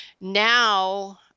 Now